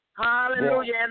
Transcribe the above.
Hallelujah